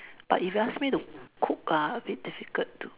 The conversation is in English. but if you ask me to cook ah a bit difficult to